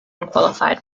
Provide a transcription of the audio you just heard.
unqualified